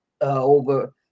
over